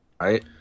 right